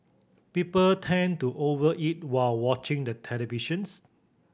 people tend to over eat while watching the televisions